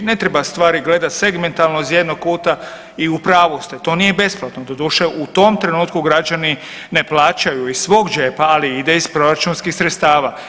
Ne treba stvari gledati segmentalno iz jednog kuta i u pravu ste to nije besplatno, doduše u tom trenutku građani ne plaćaju iz svog džepa, ali ide iz proračunskih sredstava.